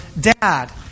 dad